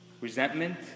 Resentment